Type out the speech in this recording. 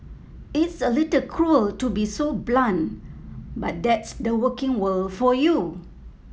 it's a little cruel to be so blunt but that's the working world for you